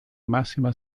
massima